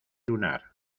lunar